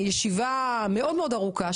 ישיבה מאוד-מאוד ארוכה,